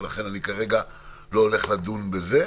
ולכן אני כרגע לא הולך לדון בזה,